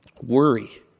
Worry